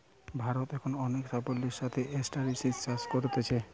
ভারত এখন অনেক সাফল্যের সাথে ক্রস্টাসিআন চাষ কোরছে